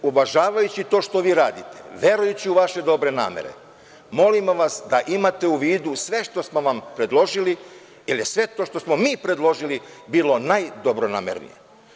Uvažavajući to što vi radite, verujući u vaše dobre namere, molimo vas da imate u vidu sve što smo vam predložili, jer je sve to što smo vam mi predložili bilo najdobronamernije.